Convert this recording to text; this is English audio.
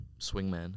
swingman